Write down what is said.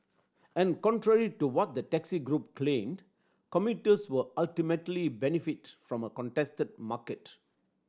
and contrary to what the taxi group claimed commuters would ultimately benefit from a contested market